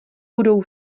budou